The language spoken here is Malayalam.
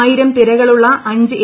ആയിരം തിരകളുള്ള അഞ്ച് എ